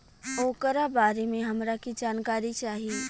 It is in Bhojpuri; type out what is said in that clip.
ओकरा बारे मे हमरा के जानकारी चाही?